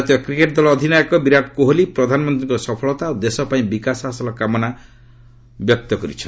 ଭାରତୀୟ କ୍ରିକେଟ ଦଳ ଅଧିନାୟକ ବିରାଟ କୋହଲି ପ୍ରଧାନମନ୍ତ୍ରୀଙ୍କ ସଫଳତା ଓ ଦେଶ ପାଇଁ ବିକାଶ ହାସଲ କାମନା କରିଛନ୍ତି